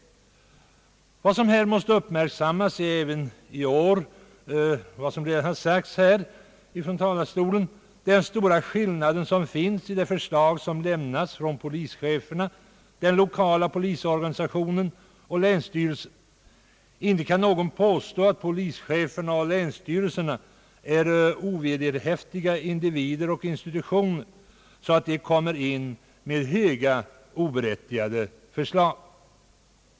även i år måste uppmärksammas, såsom redan har sagts här ifrån talarstolen, den stora skillnad som råder mellan de förslag som har lämnats av polischeferna, den lokala polisorganisationen och länsstyrelserna. Inte kan någon påstå att polischeferna och länsstyrelserna är så ovederhäftiga in divider och institutioner att de kommer in med höga och oberättigade krav.